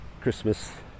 Christmas